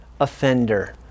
offender